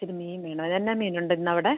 ഇച്ചിരി മീൻ വേണം എന്നാ മീൻ ഉണ്ട് ഇന്ന് അവിടെ